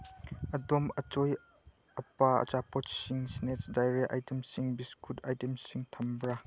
ꯑꯗꯣꯝ ꯑꯆꯣꯏ ꯑꯄꯥ ꯑꯆꯥꯄꯣꯠꯁꯤꯡ ꯏꯁꯅꯦꯛꯁ ꯗꯥꯏꯔꯤ ꯑꯥꯏꯇꯦꯝꯁꯤꯡ ꯕꯤꯁꯀꯨꯠ ꯑꯥꯏꯇꯦꯝꯁꯤꯡ ꯊꯝꯕ꯭ꯔꯥ